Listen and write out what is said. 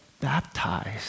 baptized